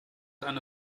eine